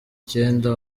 icyenda